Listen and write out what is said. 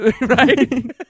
Right